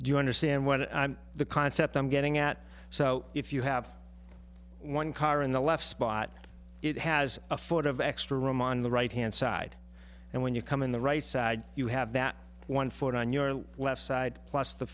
you understand what the concept i'm getting at so if you have one car in the left spot it has a foot of extra room on the right hand side and when you come in the right side you have that one foot on your left side plus the